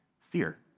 fear